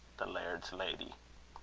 the laird's lady.